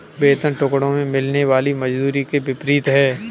वेतन टुकड़ों में मिलने वाली मजदूरी के विपरीत है